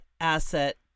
asset